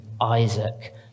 Isaac